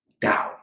down